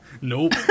Nope